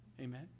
Amen